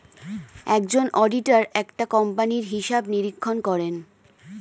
একজন অডিটর একটা কোম্পানির হিসাব নিরীক্ষণ করেন